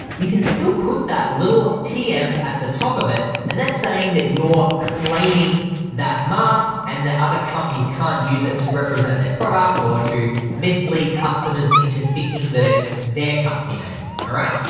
you can still put that little tm at the top of it and that's saying that your claiming that mark and the other companies can't use it to represent their product or to mislead customers into thinking that it's their company name, all right?